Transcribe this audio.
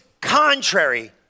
contrary